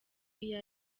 iyo